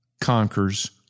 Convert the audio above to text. conquers